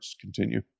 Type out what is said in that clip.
continue